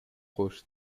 rosto